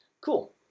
Cool